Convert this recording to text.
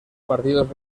partidos